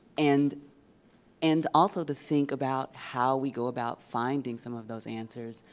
and and also to think about how we go about finding some of those answers,